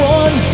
one